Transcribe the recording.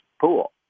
pool